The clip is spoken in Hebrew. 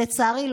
לצערי,